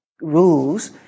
rules